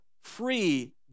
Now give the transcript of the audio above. free